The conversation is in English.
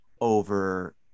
over